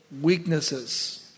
weaknesses